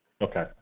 Okay